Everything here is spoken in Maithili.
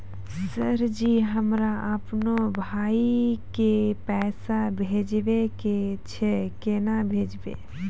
सर जी हमरा अपनो भाई के पैसा भेजबे के छै, केना भेजबे?